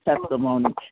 testimony